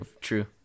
True